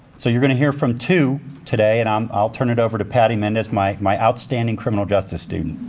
so you're gonna hear from two today and um i'll turn it over to patty mendez, my my outstanding criminal justice student.